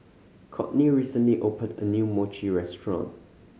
Kortney recently opened a new Mochi restaurant